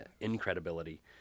incredibility